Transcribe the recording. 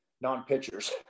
non-pitchers